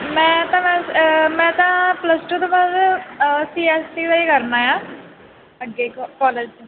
ਮੈਂ ਤਾਂ ਬਸ ਮੈਂ ਤਾਂ ਪਲਸ ਟੂ ਤੋਂ ਬਾਅਦ ਸੀ ਐਸ ਸੀ ਵਾਈ ਕਰਨਾ ਆ ਅੱਗੇ ਕੋ ਕੋਲੇਜ